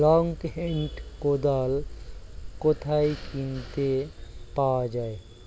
Long hand কোদাল কোথায় কিনতে পাওয়া যায়?